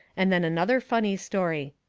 and then another funny story.